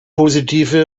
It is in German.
positive